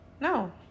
No